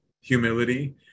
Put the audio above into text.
humility